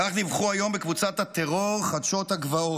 כך דיווחו היום בקבוצת הטרור "חדשות הגבעות".